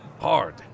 hard